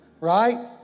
right